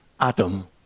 Adam